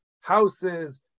houses